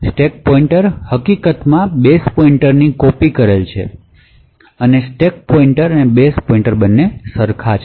stack pointer હકીકતમાં base પોઇન્ટરની copy કરેલું છે અને તેથી સ્ટેક પોઇન્ટર અને બેઝ પોઇન્ટર એક સરખા છે